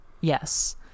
Yes